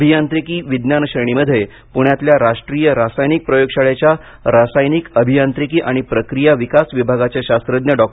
अभियांत्रिकी विज्ञान श्रेणीमध्ये पुण्यातल्या राष्ट्रीय रासायनिक प्रयोगशाळेच्या रासायनिक अभियांत्रिकी आणि प्रक्रिया विकास विभागाचे शास्त्रज्ञ डॉ